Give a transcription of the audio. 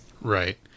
Right